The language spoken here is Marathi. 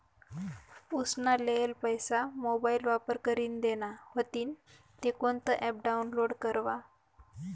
उसना लेयेल पैसा मोबाईल वापर करीन देना व्हतीन ते कोणतं ॲप डाऊनलोड करवा?